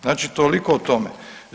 Znači toliko o tome.